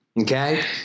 Okay